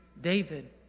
David